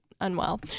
unwell